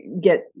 get